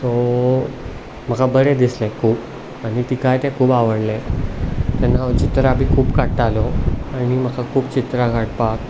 so म्हाका बरें दिसलें खूब आनी तिकाय तें खूब आवडलें तेन्ना हांव चित्रां बी खूब काडटालो आनी म्हाका खूब चित्रां काडपाक